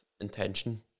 intention